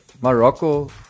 Morocco